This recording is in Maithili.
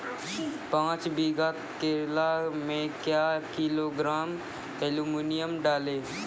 पाँच बीघा करेला मे क्या किलोग्राम एलमुनियम डालें?